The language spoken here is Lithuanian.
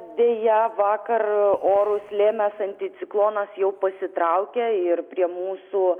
deja vakar orus lėmęs anticiklonas jau pasitraukė ir prie mūsų